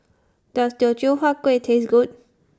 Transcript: Does Teochew Huat Kuih Taste Good